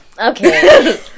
Okay